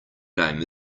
name